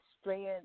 strand